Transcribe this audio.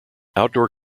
outdoor